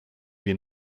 wir